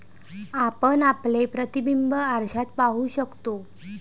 आपण आपले प्रतिबिंब आरशात पाहू शकतो